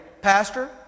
pastor